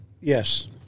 Yes